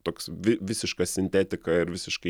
toks vi visiška sintetika ir visiškai